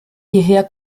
hierher